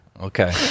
Okay